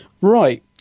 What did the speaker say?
Right